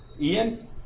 Ian